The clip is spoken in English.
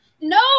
No